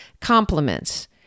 compliments